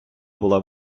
була